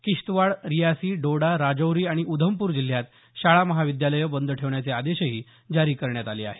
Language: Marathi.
किश्तवाड रियासी डोडा राजौरी आणि उधमपूर जिल्ह्यात शाळा महाविद्यालये बंद ठेवण्याचे आदेशही जारी करण्यात आले आहेत